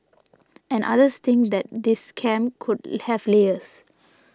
and others think that this scam could have layers